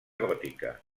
gòtica